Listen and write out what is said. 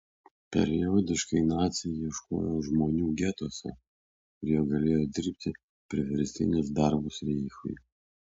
periodiškai naciai ieškojo žmonių getuose kurie galėjo dirbti priverstinius darbus reichui